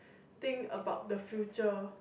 think about the future